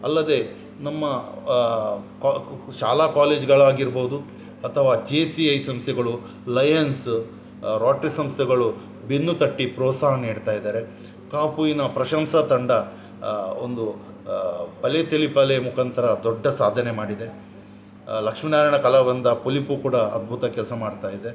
ಅಲ್ಲದೇ ನಮ್ಮ ಕೋ ಶಾಲಾ ಕಾಲೇಜ್ಗಳಾಗಿರ್ಬೋದು ಅಥವಾ ಜೆ ಸಿ ಐ ಸಂಸ್ಥೆಗಳು ಲಯನ್ಸ ರೋಟ್ರಿ ಸಂಸ್ಥೆಗಳು ಬೆನ್ನು ತಟ್ಟಿ ಪ್ರೋತ್ಸಾಹ ನೀಡ್ತಾಯಿದ್ದಾರೆ ಕಾಪುವಿನ ಪ್ರಶಂಸಾ ತಂಡ ಒಂದು ಬಲೆತೆಲಿಪಲೆ ಮುಖಾಂತರ ದೊಡ್ಡ ಸಾಧನೆ ಮಾಡಿದೆ ಲಕ್ಷ್ಮೀನಾರಾಯಣ ಕಲಾವೃಂದ ಪುಲಿಪು ಕೂಡ ಅದ್ಭುತ ಕೆಲಸ ಮಾಡ್ತಾಯಿದೆ